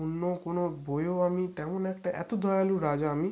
অন্য কোনো বইয়েও আমি তেমন একটা এত দয়ালু রাজা আমি